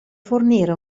fornire